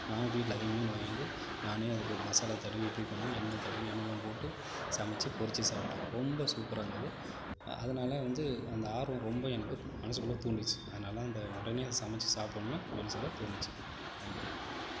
நானும் வீட்டில் அதே மீன் வாங்கி வந்து நானே அதுக்கு ஒரு மசாலா தடவி இப்படி பண்ணும் எண்ணெய் தடவி எண்ணெல்லாம் போட்டு சமைச்சு பொறிச்சு சாப்பிட்டா ரொம்ப சூப்பராக இருந்தது அதனால் வந்து அந்த ஆர்வம் ரொம்ப எனக்கு மனசுக்குள்ள தூண்டிச் அதனால் தான் அந்த உடனே சமைச்சு சாப்பிட்ணும் மனசில் தோணுச்சு தேங்க்யூ